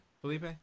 Felipe